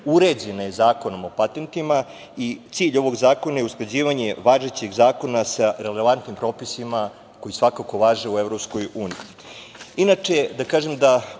uređena je Zakonom o patentima i cilj ovog zakona je usklađivanje važećeg zakona sa relevantnim propisima koji svakako važe u